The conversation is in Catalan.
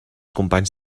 companys